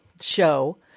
show